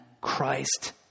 Christ